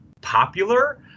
popular